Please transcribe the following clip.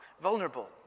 Vulnerable